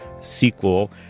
sequel